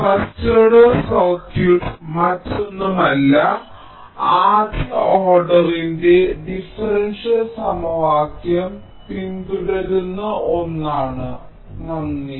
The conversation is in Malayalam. ഫസ്റ്റ് ഓർഡർ സർക്യൂട്ട് മറ്റൊന്നുമല്ല ആദ്യ ഓർഡറിന്റെ ഡിഫറൻഷ്യൽ സമവാക്യം പിന്തുടരുന്ന ഒന്ന് ആണ്